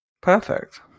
Perfect